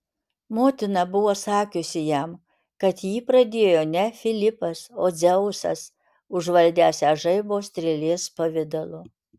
motina buvo sakiusi jam kad jį pradėjo ne filipas o dzeusas užvaldęs ją žaibo strėlės pavidalu